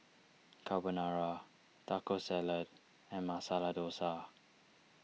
Carbonara Taco Salad and Masala Dosa